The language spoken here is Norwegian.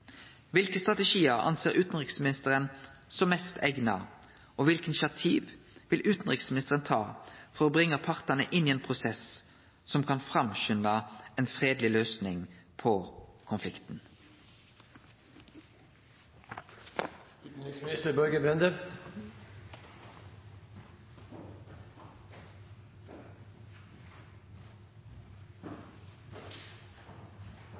Kva for strategiar ser utanriksministeren som mest eigna, og kva for initiativ vil utanriksministeren ta for å bringe partane inn i ein prosess som kan skunde på ei fredeleg løysing på konflikten?